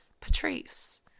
Patrice